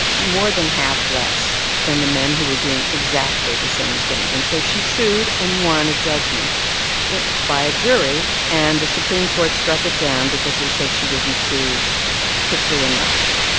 more than half less than the men who were doing exactly the same thing. and so she sued and won a judgment by a jury, and the supreme court struck it down because they said she didn't sue quickly enough.